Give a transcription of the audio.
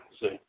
see